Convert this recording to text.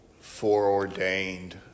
foreordained